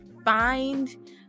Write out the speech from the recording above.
find